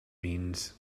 means